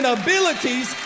abilities